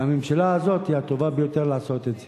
והממשלה הזאת היא הטובה ביותר לעשות את זה.